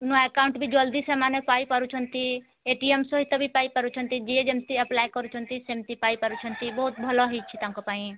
ନୂଆ ଏକାଉଣ୍ଟ ବି ଜଲ୍ଦି ସେମାନେ ପାଇପାରୁଛନ୍ତି ଏ ଟି ଏମ୍ ସହିତ ବି ପାଇ ପାରୁଛନ୍ତି ଯିଏ ଯେମିତି ଆପ୍ଲାଏ କରୁଛନ୍ତି ସେମିତି ପାଇ ପାରୁଛନ୍ତି ବହୁତ ଭଲ ହେଇଛି ତାଙ୍କ ପାଇଁ